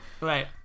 Right